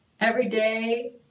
Everyday